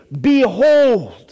Behold